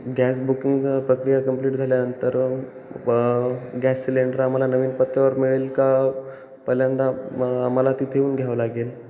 gas booking प्रक्रिया complete झाल्यानंतर ब गॅस सिलेंडर आम्हाला नवीन पत्त्यावर मिळेल का पहिल्यांदा म मला तिथे येऊन घ्यावं लागेल